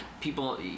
people